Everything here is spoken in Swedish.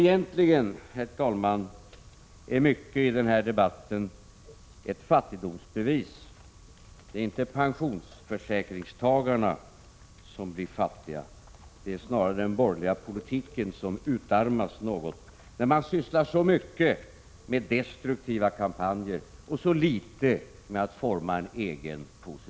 Egentligen, herr talman, är mycket i den här debatten fattigdomsbevis. Det är inte pensionsförsäkringstagarna som blir fattiga; det är snarare den borgerliga politiken som utarmas något när man sysslar så mycket med destruktiva kampanjer och så litet med att forma en egen positiv politik.